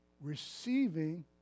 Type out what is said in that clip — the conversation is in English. Receiving